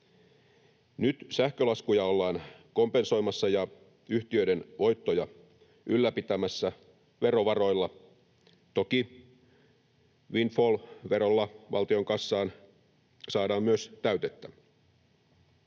Nyt sähkölaskuja ollaan kompensoimassa ja yhtiöiden voittoja ylläpitämässä verovaroilla, toki windfall-verolla valtionkassaan saadaan myös täytettä.